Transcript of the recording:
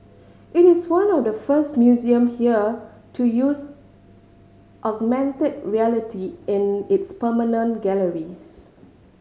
it is one of the first museums here to use augmented reality in its permanent galleries